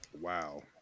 wow